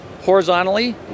horizontally